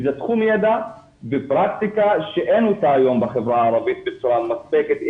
זה תחום ידע ופרקטיקה שאין אותה היום בחברה הערבית בצורה מספקת,